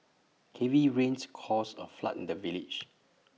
heavy rains caused A flood in the village